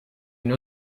une